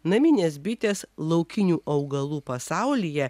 naminės bitės laukinių augalų pasaulyje